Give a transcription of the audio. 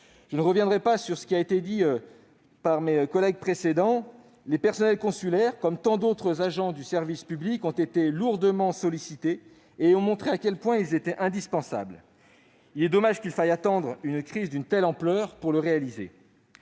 sur les propos précédemment tenus par mes collègues, je précise que les personnels consulaires, comme tant d'autres agents du service public, ont été lourdement sollicités et ont montré à quel point ils étaient indispensables. Il est dommage qu'il faille attendre une crise d'une telle ampleur pour s'en rendre